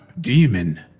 Demon